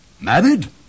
Married